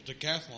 decathlon